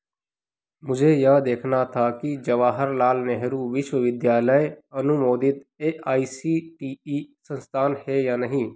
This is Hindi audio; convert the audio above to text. मुझे यह देखना था कि जवाहरलाल नेहरू विश्वविद्यालय अनुमोदित A I C T E संस्थान है या नहीं